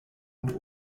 und